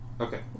Okay